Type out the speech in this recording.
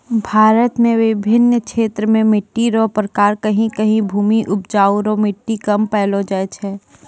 भारत मे बिभिन्न क्षेत्र मे मट्टी रो प्रकार कहीं कहीं भूमि उपजाउ रो मट्टी कम पैलो जाय छै